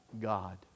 God